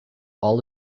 all